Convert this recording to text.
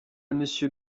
monsieur